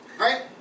Right